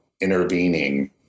intervening